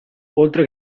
oltre